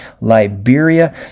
Liberia